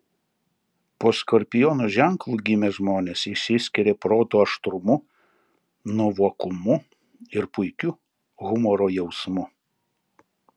po skorpiono ženklu gimę žmonės išsiskiria proto aštrumu nuovokumu ir puikiu humoro jausmu